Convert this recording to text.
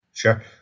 Sure